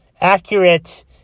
accurate